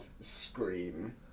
scream